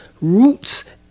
roots